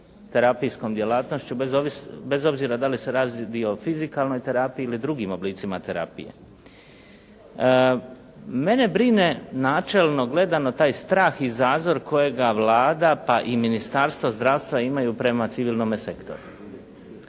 terapijskom djelatnošću, bez obzira da li se radi o fizikalnoj terapiji ili drugim oblicima terapije. Mene brine načelno gledano taj strah i zazor kojega Vlada pa i Ministarstvo zdravstva imaju prema civilnome sektoru.